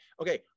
okay